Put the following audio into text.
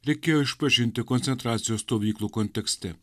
reikėjo išpažinti koncentracijos stovyklų kontekste